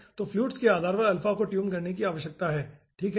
तो फ्लुइड्स के आधार पर अल्फा को ट्यून करने की आवश्यकता है ठीक है